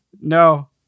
no